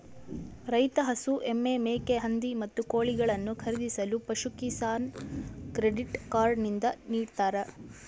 ರೈತ ಹಸು, ಎಮ್ಮೆ, ಮೇಕೆ, ಹಂದಿ, ಮತ್ತು ಕೋಳಿಗಳನ್ನು ಖರೀದಿಸಲು ಪಶುಕಿಸಾನ್ ಕ್ರೆಡಿಟ್ ಕಾರ್ಡ್ ನಿಂದ ನಿಡ್ತಾರ